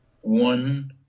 one